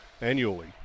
annually